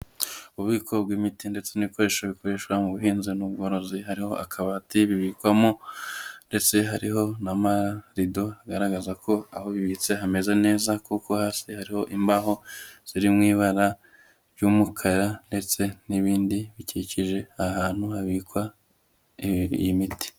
Ububiko bw'imiti ndetse n'ibikoresho bikoreshwa mu buhinzi n'ubworozi, hariho akabati bibikwamo ndetse hariho n'amarido agaragaza ko aho bibitse hameze neza kuko hasi hariho imbaho ziri mu ibara ry'umukara ndetse n'ibindi bikikije ahantu habikwa iyi miti.